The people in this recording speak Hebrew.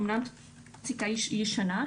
אמנם פסיקה ישנה,